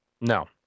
No